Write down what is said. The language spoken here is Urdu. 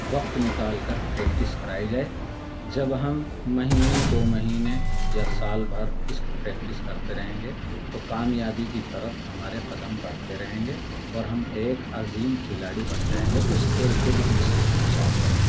وقت نکال کر پریکٹس کرائی جائے جب ہم مہینے دو مہینے یا سال بھر اس کی پریکٹس کرتے رہیں گے تو کامیابی کی طرف ہمارے قدم برھتے رہیں گے اور ہم ایک عظیم کھلاڑی بن جائیں گے اس کھیل کے جو ہم سیکھنا چاہتے ہیں